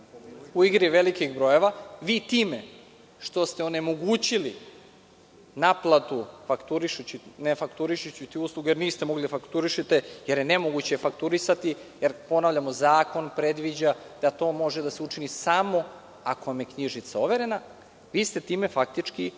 u igri velikih brojeva, time što ste onemogućili naplatu ne fakturišući tu slugu, a niste mogli da fakturišete jer je nemoguće fakturisati, jer, ponavljamo, zakon predviđa da to može da se učini samo ako vam je knjižica overena, vi ste time faktički